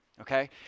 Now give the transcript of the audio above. Okay